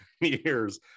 years